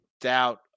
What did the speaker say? doubt